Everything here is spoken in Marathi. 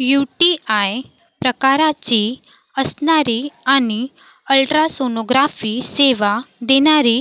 यू टी आय प्रकाराची असणारी आणि अल्ट्रासोनोग्राफी सेवा देणारी